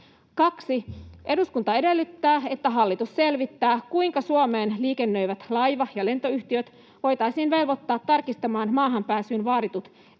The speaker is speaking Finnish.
2: ”Eduskunta edellyttää, että hallitus selvittää, kuinka Suomeen liikennöivät laiva- ja lentoyhtiöt voitaisiin velvoittaa tarkistamaan maahanpääsyyn vaaditut